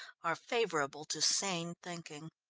are favourable to sane thinking.